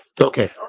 Okay